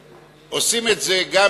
ועושים את זה גם